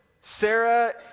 Sarah